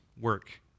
work